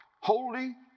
Holy